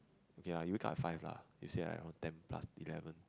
okay lah you wake up at five lah you sleep at around ten plus eleven